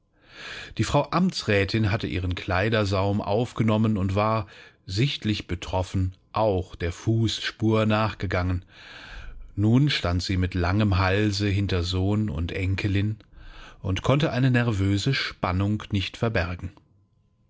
die frau amtsrätin hatte ihren kleidersaum aufgenommen und war sichtlich betroffen auch der fußspur nachgegangen nun stand sie mit langem halse hinter sohn und enkelin und konnte eine nervöse spannung nicht verbergen